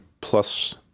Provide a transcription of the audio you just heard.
plus